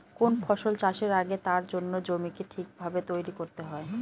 কোন ফসল চাষের আগে তার জন্য জমিকে ঠিক ভাবে তৈরী করতে হয়